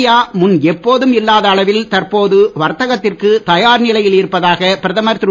India முன் எப்போதும் இல்லாத அளவில் தற்போது வர்த்தகத்திற்கு தயார் நிலையில் இருப்பதாக பிரதமர் திரு